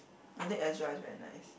I think Ezra is very nice